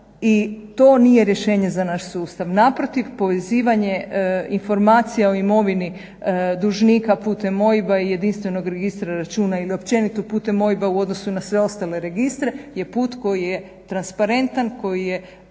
to nije rješenje za naš sustav, naprotiv povezivanje informacija o imovini dužnika putem OIB-a i jedinstvenog registra računa ili općenito putem OIB-a u odnosu na sve ostale registre je put koji je transparentan, koji je